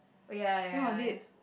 oh ya ya ya ya